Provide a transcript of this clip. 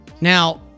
Now